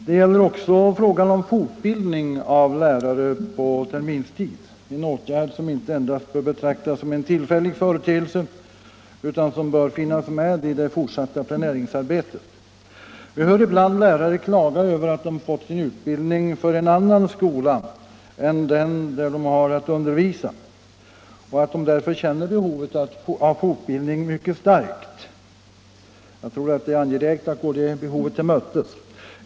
Det gäller också fortbildning av lärare på terminstid —= lärlingsutbildningen en åtgärd som inte endast bör betraktas som en tillfällig företeelse utan — inom hantverksyrsom bör finnas med i fortsatta planeringsarbetet. Vi hör ibland lärare = kena klaga över att de fått sin utbildning för en annan skola än den där de har att undervisa. De känner därför ett mycket starkt behov av fortbildning. Jag tror att det är angeläget att tillfredsställa det behovet.